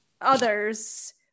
others